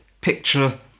picture